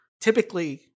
Typically